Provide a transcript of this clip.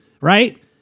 right